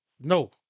No